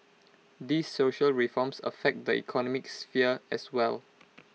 these social reforms affect the economic sphere as well